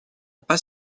pas